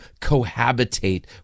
cohabitate